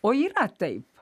o yra taip